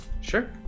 Sure